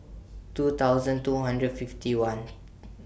two thousand two hundred fifty one